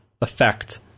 effect